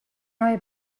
neue